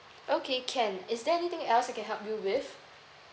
okay can is there anything else I can help you with